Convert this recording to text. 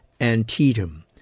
Antietam